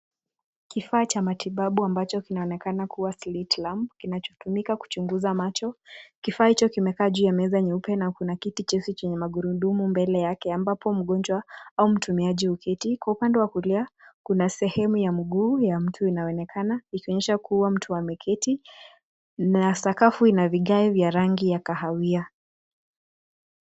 Kifaa cha matibabu ambacho kinaonekana kua Slit Lamp kinachotumika kuchunguza macho. Kifaa hicho kimekaa juu ya meza nyeupe na kuna kiti cheusi chenye magurudumu mbele yake ambapo mgonjwa au mtumiaji huketi. Kwa upande wa kulia kuna sehemu ya mguu ya mtu inayoonekana ikionyesha kua mtu ameketi, na sakafu ina vigae vya rangi ya kahawia.